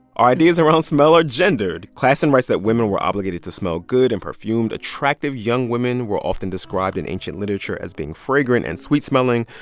ideas around smell are gendered. classen writes that women were obligated to smell good and perfumed. attractive, young women were often described in ancient literature as being fragrant and sweet-smelling,